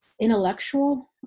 intellectual